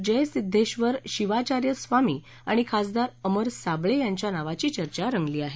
जयसिध्देश्वर शिवाचार्य स्वामी आणि खासदार अमर साबळे यांच्या नावाची चर्चा रंगली आहे